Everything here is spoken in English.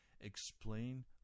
explain